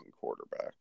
quarterback